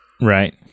Right